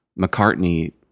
McCartney